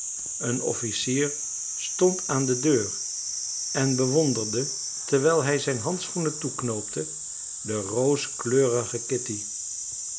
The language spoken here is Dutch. een officier stond aan de deur en bewonderde terwijl hij zijn handschoenen toeknoopte de rooskleurige kitty